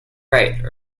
right